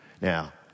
Now